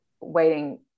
waiting